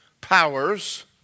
powers